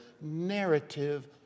narrative